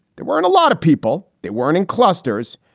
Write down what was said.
there weren't a lot of people they weren't in clusters,